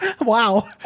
Wow